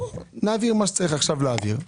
נעביר מה שצריך עכשיו להעביר.